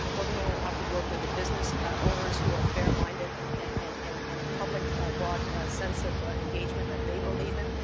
we're going to have to work with the business owners who are fair-minded and and and and public broad sense of engagement that they believe in.